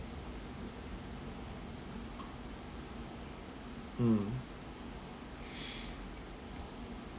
mm